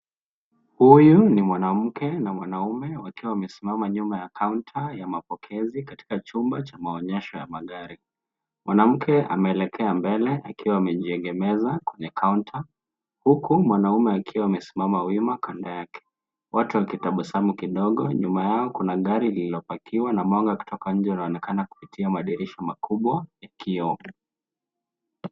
Huyu ni mwanamke na mwanaume wakiwa wamesimama nyuma ya kaunta ya mapokezi katika chumba cha maonyesho ya magari. Mwanamke ameelekea mbele akiwa amejiegeza kwenye kaunta huku mwanaume akiwa amesimama wima kando yake. Wote wakitabasamu kidogo. Nyuma yao kuna gari limepakiwa na mwanga kutoka nje inaonekana kupitia madirisha makubwa ya kioo.